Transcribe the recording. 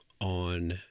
on